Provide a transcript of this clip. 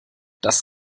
das